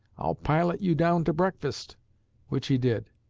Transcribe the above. i'll pilot you down to breakfast which he did.